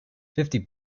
fifty